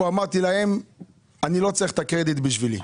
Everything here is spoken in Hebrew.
אמרתי להם אני לא צריך את הקרדיט בשבילי,